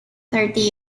thirty